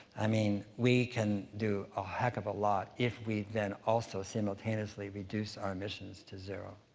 i mean, we can do a heck of a lot if we then also simultaneously reduce our emissions to zero.